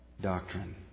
doctrine